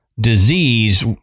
disease